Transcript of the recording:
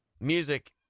music